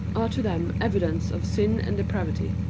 are to them evidence of sin and depravity.